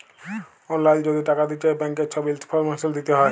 অললাইল যদি টাকা দিতে চায় ব্যাংকের ছব ইলফরমেশল দিতে হ্যয়